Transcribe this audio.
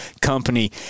company